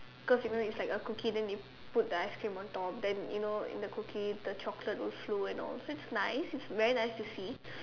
cause you know it's like a cookie then they put the ice cream on top then you know in the cookie the chocolate will flow and all so that's nice it's very nice to see